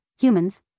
humans